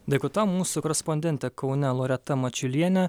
dėkui tau mūsų korespondentė kaune loreta mačiulienė